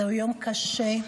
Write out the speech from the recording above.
זה יום קשה.